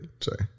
Sorry